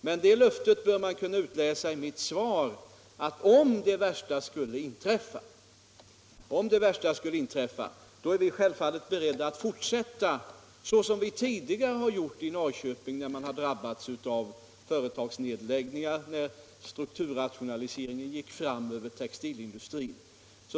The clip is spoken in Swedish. Men det löftet bör man kunna utläsa av mitt svar att om det värsta skulle inträffa, är vi självfallet beredda att fortsätta såsom vi tidigare har gjort i Norrköping i samband med företagsnedläggningarna när strukturrationaliseringen gick fram över textilindustrin.